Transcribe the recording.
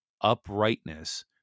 uprightness